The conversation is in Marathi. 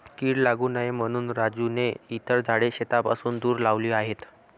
कीड लागू नये म्हणून राजूने इतर झाडे शेतापासून दूर लावली आहेत